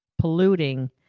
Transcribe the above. polluting